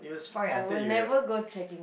I will never go trekking